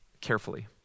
carefully